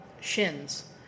shins